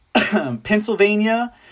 Pennsylvania